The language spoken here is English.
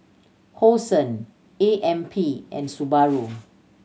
Hosen A M P and Subaru